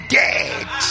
dead